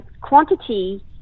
quantity